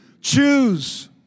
Choose